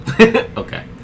Okay